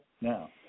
now